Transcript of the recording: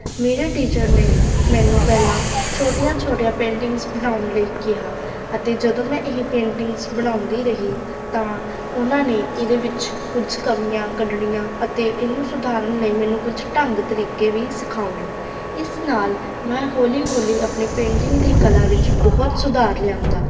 ਮੇਰੇ ਟੀਚਰ ਨੇ ਮੈਨੂੰ ਪਹਿਲਾਂ ਛੋਟੀਆਂ ਛੋਟੀਆਂ ਪੇਂਟਿੰਗਸ ਬਣਾਉਣ ਲਈ ਕਿਹਾ ਅਤੇ ਜਦੋਂ ਮੈਂ ਇਹ ਪੇਂਟਿੰਗਸ ਬਣਾਉਂਦੀ ਰਹੀ ਤਾਂ ਉਹਨਾਂ ਨੇ ਇਹਦੇ ਵਿੱਚ ਕੁਝ ਕਮੀਆਂ ਕੱਢਣੀਆਂ ਅਤੇ ਇਹਨੂੰ ਸੁਧਾਰਨ ਲਈ ਮੈਨੂੰ ਕੁਝ ਢੰਗ ਤਰੀਕੇ ਵੀ ਸਿਖਾਉਣੇ ਇਸ ਨਾਲ ਮੈਂ ਹੌਲੀ ਹੌਲੀ ਆਪਣੀ ਪੇਂਟਿੰਗ ਦੀ ਕਲਾ ਵਿੱਚ ਬਹੁਤ ਸੁਧਾਰ ਲਿਆਂਦਾ